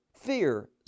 fear